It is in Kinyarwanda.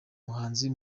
muhanzi